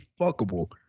fuckable